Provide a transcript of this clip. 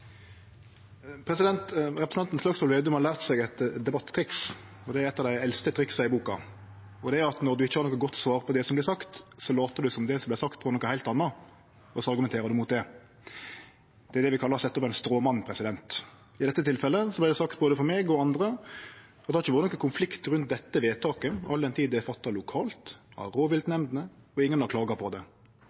av dei eldste triksa i boka. Det er at når ein ikkje har noko godt svar på det som vert sagt, lèt ein som om det som vart sagt, var noko heilt anna, og så argumenterer ein mot det. Det er det vi kallar å setje opp ein stråmann. I dette tilfellet vart det sagt både frå meg og andre. Og det har ikkje vore nokon konflikt rundt dette vedtaket all den tid det er fatta lokalt, av rovviltnemndene, og ingen har klaga på det.